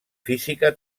física